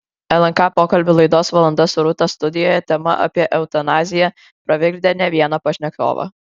lnk pokalbių laidos valanda su rūta studijoje tema apie eutanaziją pravirkdė ne vieną pašnekovą